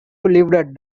lives